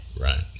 Right